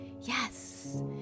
Yes